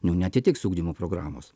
jau neatitiks ugdymo programos